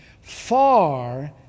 Far